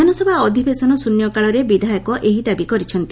ବିଧାନସଭା ଅଧିବେଶନ ଶୃନ୍ୟକାଳରେ ବିଧାୟକ ଏହି ଦାବି କରିଛନ୍ତି